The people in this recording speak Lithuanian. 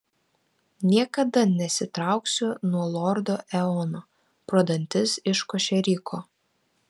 niekada nesitrauksiu nuo lordo eono pro dantis iškošė ryko